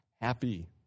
happy